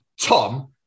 Tom